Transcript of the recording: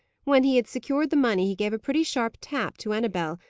when he had secured the money, he gave a pretty sharp tap to annabel,